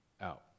out